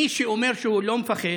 מי שאומר שהוא לא מפחד,